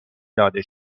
داده